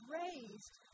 raised